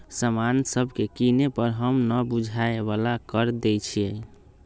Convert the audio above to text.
समान सभके किने पर हम न बूझाय बला कर देँई छियइ